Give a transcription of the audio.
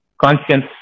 conscience